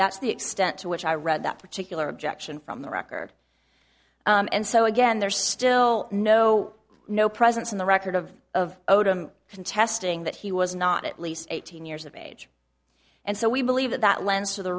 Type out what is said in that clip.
that's the extent to which i read that particular objection from the record and so again there's still no no presence in the record of of contesting that he was not at least eighteen years of age and so we believe that that lends to the